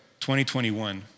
2021